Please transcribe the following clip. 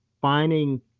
finding